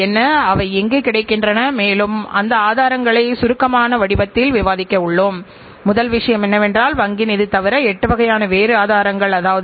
மேலும் அந்த குறைபாடுகளின் காரணங்கள் முன்வைக்கப்பட்டு பொருள் உருவாக்குவதற்கு முன்பே அது தடுத்து நிறுத்தப்படும்